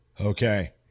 Okay